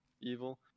evil